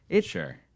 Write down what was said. Sure